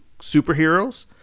superheroes